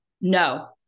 No